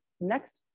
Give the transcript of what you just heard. next